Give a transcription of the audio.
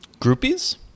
groupies